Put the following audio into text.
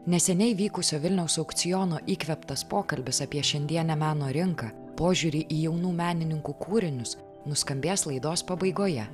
neseniai vykusio vilniaus aukciono įkvėptas pokalbis apie šiandienę meno rinką požiūrį į jaunų menininkų kūrinius nuskambės laidos pabaigoje